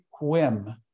whim